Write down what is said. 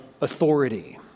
authority